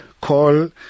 call